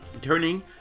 Turning